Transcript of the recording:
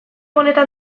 honetan